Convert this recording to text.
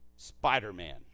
spider-man